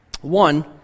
One